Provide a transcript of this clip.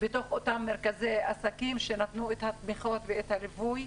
באותם מרכזי עסקים שנתנו את התמיכות ואת הליווי.